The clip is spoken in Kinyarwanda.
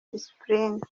discipline